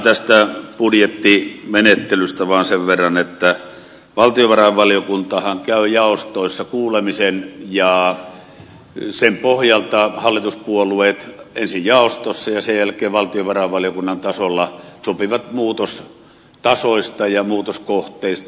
ihan tästä budjettimenettelystä vaan sen verran että valtionvarainvaliokuntahan käy jaostoissa kuulemisen ja sen pohjalta hallituspuolueet ensin jaostossa ja sen jälkeen valtionvarainvaliokunnan tasolla sopivat muutostasoista ja muutoskohteista